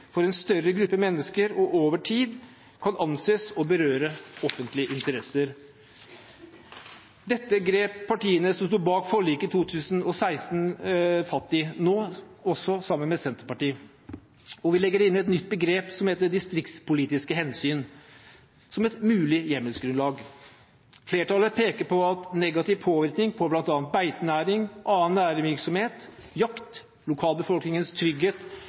for en større gruppe mennesker og over tid, kan anses å berøre offentlige interesser.» Dette grep partiene som sto bak forliket i 2016, fatt i, nå også sammen med Senterpartiet, og vi legger inn et nytt begrep, «distriktspolitiske hensyn», som et mulig hjemmelsgrunnlag. Flertallet peker på at negativ påvirkning på bl.a. beitenæring, annen næringsvirksomhet, jakt, lokalbefolkningens trygghet